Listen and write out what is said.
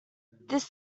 this